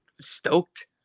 stoked